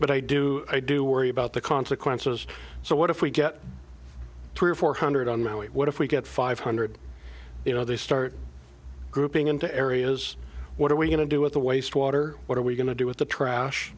but i do i do worry about the consequences so what if we get three or four hundred on my way what if we get five hundred you know they start grouping into areas what are we going to do with the waste water what are we going to do with t